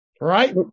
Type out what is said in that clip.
Right